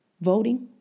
voting